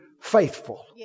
faithful